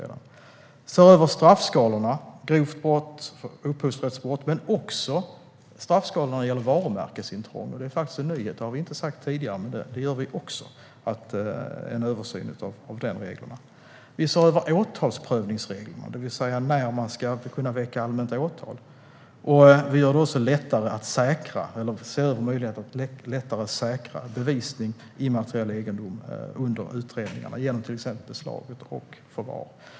Vi ska se över straffskalorna för grovt upphovsrättsbrott, men också straffskalorna när det gäller varumärkesintrång, vilket faktiskt är en nyhet. Det har vi inte sagt tidigare, men vi gör en översyn även av de reglerna. Vi ser över åtalsprövningsreglerna, det vill säga reglerna för när man ska kunna väcka allmänt åtal. Vi ser också över möjligheterna att lättare säkra bevisning vad gäller immateriell egendom under utredningarna genom till exempel beslag och förvar.